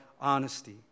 honesty